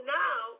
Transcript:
now